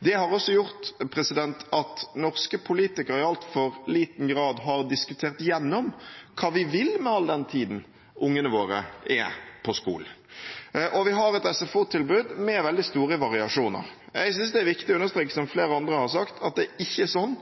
Det har også gjort at norske politikere i altfor liten grad har diskutert seg gjennom hva vi vil med all den tiden ungene våre er på skolen. Vi har et SFO-tilbud med veldig store variasjoner. Jeg synes det er viktig å understreke det som flere andre har sagt, at det ikke er sånn